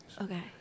Okay